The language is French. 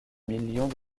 millions